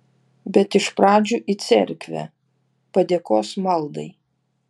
bet iš pradžių į cerkvę padėkos maldai